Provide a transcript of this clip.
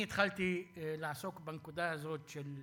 אני התחלתי לעסוק בנקודה הזאת, של